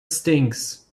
stinks